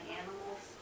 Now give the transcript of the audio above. animals